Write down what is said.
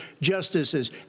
justices